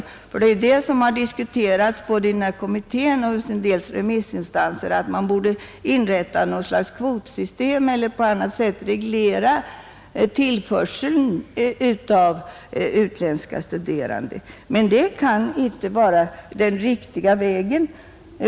Både kommittén och en del remissinstanser har ju diskuterat att man borde inrätta något slags kvotsystem eller en reglering på annat sätt av tillströmningen av utländska studerande, Men det kan inte vara den riktiga vägen.